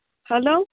hello